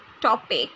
topic